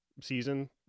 season